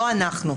לא אנחנו.